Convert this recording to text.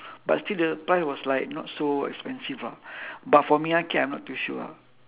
but still the price was like not so expensive lah but for ming arcade I'm not too sure ah